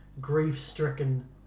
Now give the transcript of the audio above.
grief-stricken